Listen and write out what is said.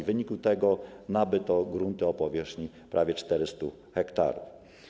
W wyniku tego nabyto grunty o powierzchni prawie 400 ha.